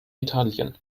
italien